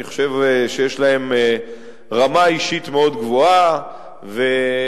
אני חושב שיש להם רמה אישית מאוד גבוהה והם